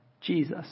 Jesus